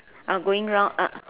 ah going round ah